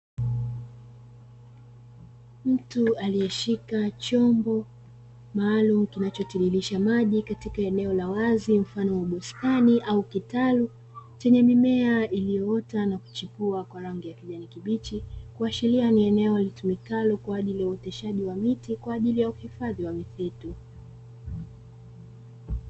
Mtu aliyeshika chombo maalumu kinachotiririsha maji katika eneo la wazi mfano wa bustani au kitalu, chenye mimea iliyoota na kuchipua kwa rangi ya kijani kibichi, kuashiria ni eneo litumikalo kwa ajili ya uoteshaji wa miti kwa ajili ya uhifadhi wa misitu.